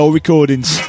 recordings